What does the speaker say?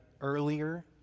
earlier